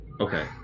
okay